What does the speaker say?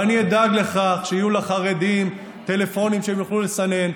ואני אדאג לכך שיהיה לחרדים טלפון שבו הם יוכלו לסנן.